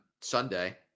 Sunday